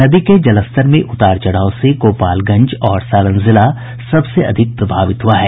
नदी के जलस्तर में उतार चढ़ाव से गोपालगंज और सारण जिला सबसे अधिक प्रभावित हुआ है